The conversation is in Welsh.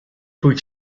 dwyt